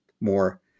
more